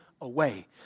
away